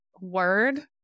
word